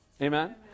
Amen